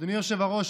אדוני היושב-ראש,